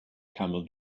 camel